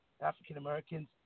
African-Americans